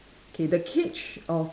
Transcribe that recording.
okay the cage of